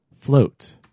float